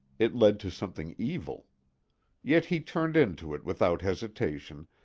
it led to something evil yet he turned into it without hesitation,